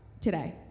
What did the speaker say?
today